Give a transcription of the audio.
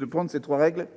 l'encontre de ces trois règles